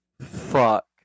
fuck